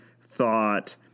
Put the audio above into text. thought